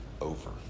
over